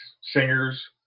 Singers